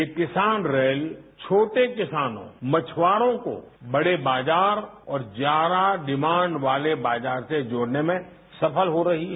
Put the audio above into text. ये किसान रेल छोटे किसान मछुआरॉको बड़े बाजार और ज्यादा डिमांड वाले बाजार से जोड़ने में सफल हो रही है